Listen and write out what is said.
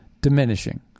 diminishing